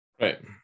Right